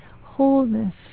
wholeness